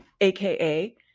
AKA